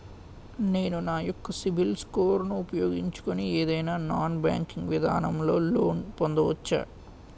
నేను నా యెక్క సిబిల్ స్కోర్ ను ఉపయోగించుకుని ఏదైనా నాన్ బ్యాంకింగ్ విధానం లొ లోన్ పొందవచ్చా?